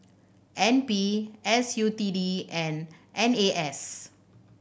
N P S U T D and N A S